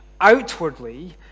outwardly